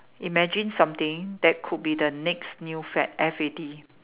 imagine something that could be the next new fad F A D